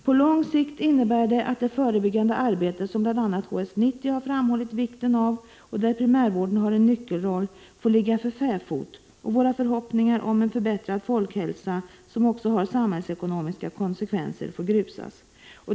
På lång sikt innebär det att det förebyggande arbetet, som bl.a. HS 90 har framhållit vikten av, och där primärvården har en nyckelroll, får ligga för fäfot, och våra förhoppningar om en förbättrad folkhälsa, som också har samhällsekonomiska konsekvenser, grusas.